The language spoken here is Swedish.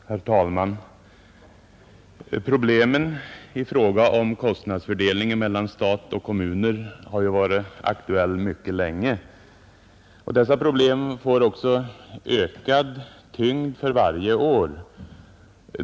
Herr talman! Problemen i fråga om kostnadsfördelningen mellan stat och kommuner har mycket länge varit aktuella. Dessa problem får också ökande tyngd för varje år.